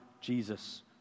Jesus